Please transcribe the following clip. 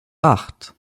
acht